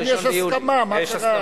לכן יש הסכמה, מה קרה?